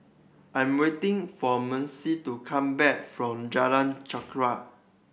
I'm waiting for Macy to come back from Jalan Chorak